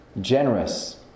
generous